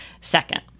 second